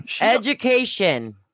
Education